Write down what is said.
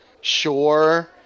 Sure